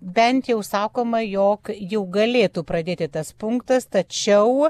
bent jau sakoma jog jau galėtų pradėti tas punktas tačiau